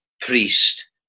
priest